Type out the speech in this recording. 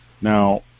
Now